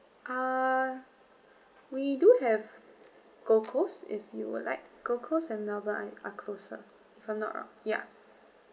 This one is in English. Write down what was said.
err we do have gold coast if you would like gold coast and melbourne are are closer if I'm not wrong ya